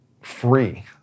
free